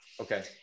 Okay